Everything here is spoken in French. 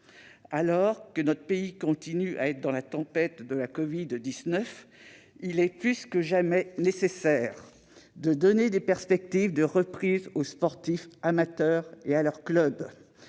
Alors que notre pays continue à être dans la tempête de la covid-19, il est plus que jamais nécessaire de donner des perspectives de reprise aux sportifs amateurs et à leurs clubs,